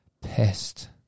Pest